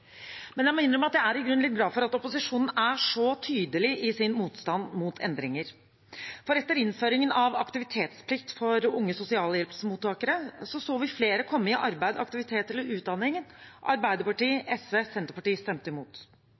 men på den andre siden er det sosiale sikkerhetsnettet avhengig av at flest mulig deltar i arbeidslivet, og disse to tingene henger sammen. Jeg må innrømme at jeg i grunnen er litt glad for at opposisjonen er så tydelig i sin motstand mot endringer, for etter innføringen av aktivitetsplikt for unge sosialhjelpsmottakere så vi flere